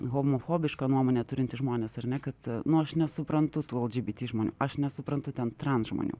homofobišką nuomonę turintys žmonės ar ne kad nu aš nesupran tų lgbt žmonių aš nesuprantu ten transžmonių